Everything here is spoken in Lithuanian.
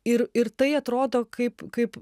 ir ir tai atrodo kaip kaip